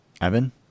Evan